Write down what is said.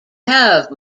have